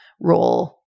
role